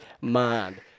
mind